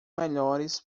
melhores